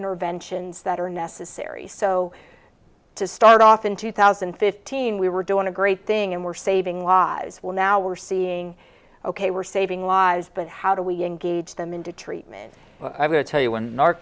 interventions that are necessary so to start off in two thousand and fifteen we were doing a great thing and we're saving lives well now we're seeing ok we're saving lives but how do we engage them into treatment i tell you when